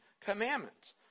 commandments